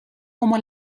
como